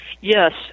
Yes